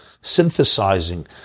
synthesizing